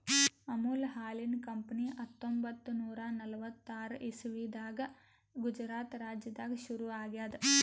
ಅಮುಲ್ ಹಾಲಿನ್ ಕಂಪನಿ ಹತ್ತೊಂಬತ್ತ್ ನೂರಾ ನಲ್ವತ್ತಾರ್ ಇಸವಿದಾಗ್ ಗುಜರಾತ್ ರಾಜ್ಯದಾಗ್ ಶುರು ಆಗ್ಯಾದ್